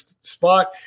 spot